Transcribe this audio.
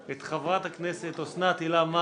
יש הודעה לסדר לחבר הכנסת יוסי יונה.